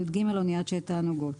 אניית שיט תענוגות.